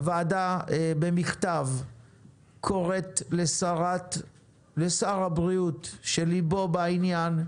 הוועדה במכתב קוראת לשר הבריאות, שליבו בעניין,